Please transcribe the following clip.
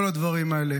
כל הדברים האלה